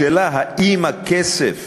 השאלה האם הכסף